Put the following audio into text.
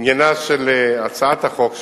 עניינה של הצעת החוק,